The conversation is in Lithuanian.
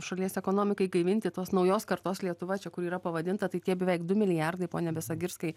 šalies ekonomikai gaivinti tos naujos kartos lietuva čia kur yra pavadinta tai tie beveik du milijardai pone besagirskai